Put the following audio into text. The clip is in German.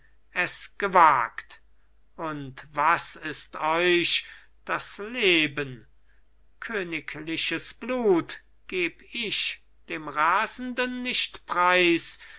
es gewagt und was ist euch das leben königliches blut geb ich dem rasenden nicht preis